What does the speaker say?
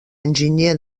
enginyer